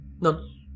None